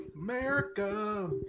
America